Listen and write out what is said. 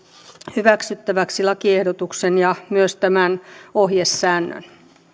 hyväksyttäväksi lakiehdotuksen ja myös tämän ohjesäännön